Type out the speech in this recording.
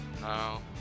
No